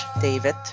David